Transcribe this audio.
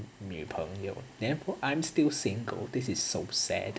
女朋友 then I'm still single this is so sad